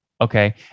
Okay